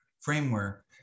framework